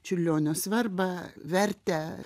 čiurlionio svarbą vertę